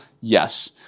Yes